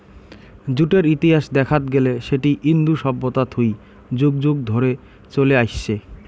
জুটের ইতিহাস দেখাত গেলে সেটি ইন্দু সভ্যতা থুই যুগ যুগ ধরে চলে আইসছে